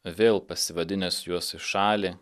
vėl pasivadinęs juos į šalį